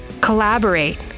Collaborate